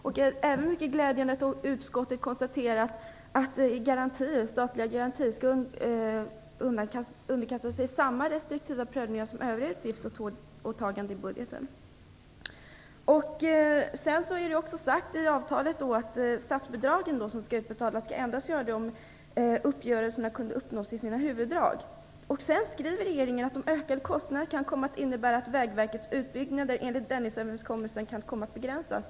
Det är även mycket glädjande att utskottet konstaterar att den statliga garantin skall underkastas samma restriktiva prövningar som övriga utgiftsåtaganden i budgeten. Det har också sagts i avtalet att statsbidrag skall utbetalas endast om uppgörelserna kan uppnås i sina huvuddrag. Regeringen skriver att de ökade kostnaderna kan komma att innebära att Vägverkets utbyggnader, enligt Dennisöverenskommelsen, kan komma att begränsas.